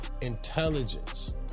intelligence